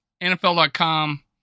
NFL.com